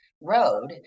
road